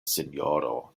sinjoro